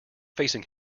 facing